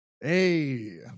Hey